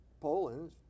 Poland